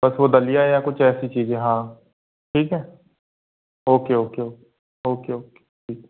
बस वो दलिया या कुछ ऐसी चीजें हाँ ठीक है okay okay oh okay okay ठीक